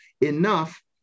enough